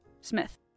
Smith